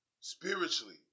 spiritually